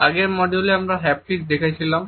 আগের মডিউলে আমরা হ্যাপটিক্স দেখেছিলাম